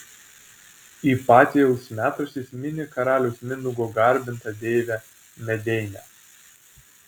ipatijaus metraštis mini karaliaus mindaugo garbintą deivę medeinę